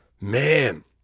Man